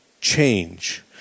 change